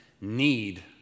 need